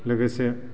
लोगोसे